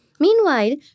Meanwhile